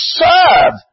serve